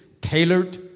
tailored